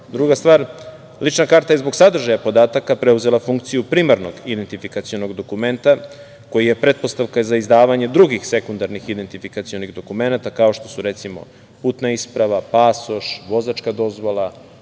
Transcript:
stvar, lična karta zbog sadržaja podataka, preuzela funkciju primarnog identifikacionog dokumenta, koji je pretpostavka za izdavanje drugih sekundarnih identifikacionih dokumenata, kao što su putna isprava, pasoš, vozačka dozvola,